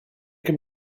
can